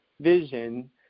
vision